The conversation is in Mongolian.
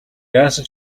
яасан